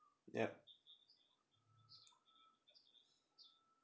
yup